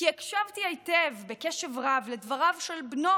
כי הקשבתי היטב, בקשב רב, לדבריו של בנו